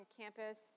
campus